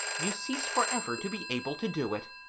you cease for ever to be able to do it.